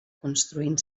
construint